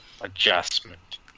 adjustment